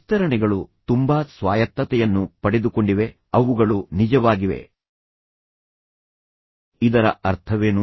ವಿಸ್ತರಣೆಗಳು ತುಂಬಾ ಸ್ವಾಯತ್ತತೆಯನ್ನು ಪಡೆದುಕೊಂಡಿವೆ ಅವುಗಳು ನಿಜವಾಗಿವೆ ಇದರ ಅರ್ಥವೇನು